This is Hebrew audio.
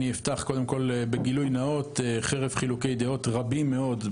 אני אפתח קודם כול בגילוי נאות: חרף חילוקי דעות רבים מאוד,